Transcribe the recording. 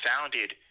founded